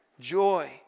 joy